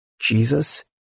Jesus